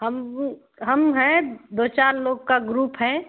हम हम हैं दो चार लोग का ग्रुप है